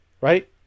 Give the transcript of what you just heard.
Right